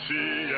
See